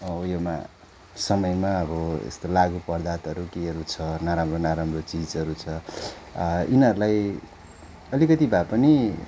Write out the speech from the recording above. हो यसमा समयमा अब यस्तो लागु पदार्थहरू केहरू छ नराम्रो नराम्रो चिजहरू छ यिनीहरूलाई अलिकति भए पनि